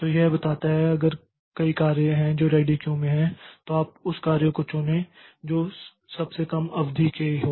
तो यह बताता है कि अगर कई कार्य हैं जो रेडी क्यू में हैं तो आप उस कार्य को चुनें जो सबसे कम अवधि की हो